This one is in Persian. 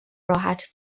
راحت